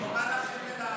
מה לכם ולעם?